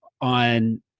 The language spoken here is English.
on